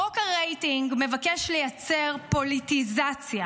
חוק הרייטינג מבקש לייצר פוליטיזציה